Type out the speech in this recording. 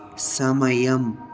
సమయం